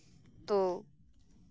ᱛᱳ